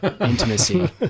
Intimacy